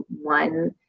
one